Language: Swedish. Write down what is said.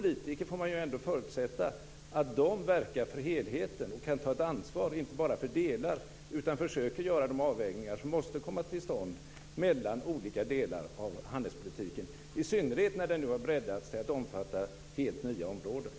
Vi får ändå förutsätta att politiker verkar för helheten, att de inte bara kan ta ett ansvar för delar utan också försöker göra de avvägningar som måste komma till stånd mellan olika delar av handelspolitiken, i synnerhet när den nu har breddats till att omfatta helt nya områden.